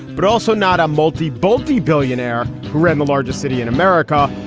but also not a multi boldy billionaire who ran the largest city in america.